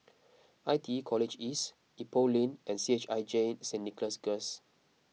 I T E College East Ipoh Lane and C H I J Saint Nicholas Girls